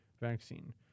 vaccine